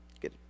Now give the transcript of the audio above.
Good